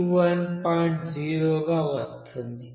0 గా వస్తుంది